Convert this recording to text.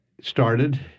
started